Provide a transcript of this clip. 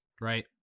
right